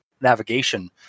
navigation